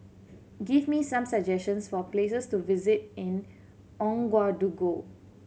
give me some suggestions for places to visit in Ouagadougou